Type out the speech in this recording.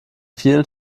vielen